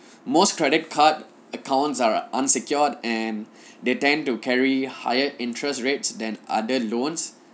most credit card accounts are unsecured and they tend to carry higher interest rates than other loans